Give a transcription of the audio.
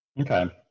Okay